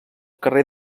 carrer